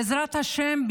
בעזרת השם,